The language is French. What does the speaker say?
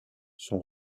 son